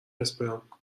اسپرم